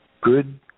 good